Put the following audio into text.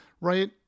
right